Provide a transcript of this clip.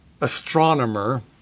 astronomer